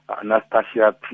Anastasia